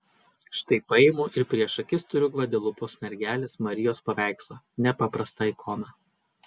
štai paimu ir prieš akis turiu gvadelupos mergelės marijos paveikslą nepaprastą ikoną